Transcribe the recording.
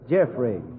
Jeffrey